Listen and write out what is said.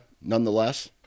nonetheless